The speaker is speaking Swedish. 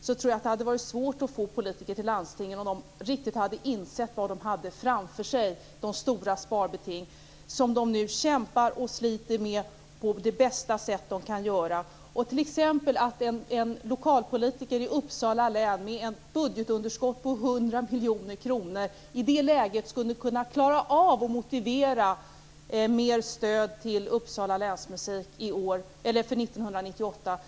Jag tror att det hade varit svårt att få dessa politiker till landstingen om de riktigt hade insett vad de hade framför sig - de stora sparbeting som de nu kämpar och sliter med på bästa möjliga sätt. Jag tror att det blir svårt för t.ex. en lokalpolitiker i Uppsala län, som har ett budgetunderskott på 100 miljoner kronor, att klara av att motivera ett ökat stöd till Uppsala länsmusik för 1998.